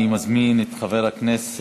אני מזמין את חבר הכנסת